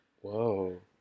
Whoa